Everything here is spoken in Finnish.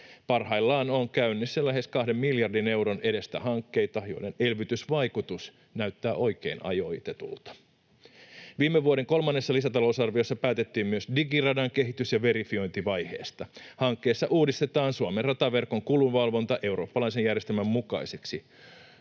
Parhaillaan on käynnissä lähes 2 miljardin euron edestä hankkeita, joiden elvytysvaikutus näyttää oikein ajoitetulta. Viime vuoden kolmannessa lisätalousarviossa päätettiin myös Digiradan kehitys- ja verifiointivaiheesta. Hankkeessa uudistetaan Suomen rataverkon kulunvalvonta eurooppalaisen järjestelmän mukaiseksi.